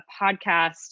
podcast